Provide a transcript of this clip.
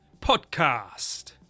podcast